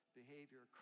behavior